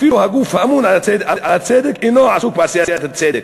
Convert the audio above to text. אפילו הגוף האמון על הצדק אינו עסוק בעשיית הצדק.